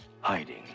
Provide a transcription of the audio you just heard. hiding